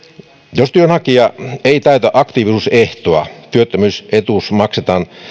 jos työnhakija ei täytä aktiivisuusehtoa työttö myysetuus maksetaan